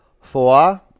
Four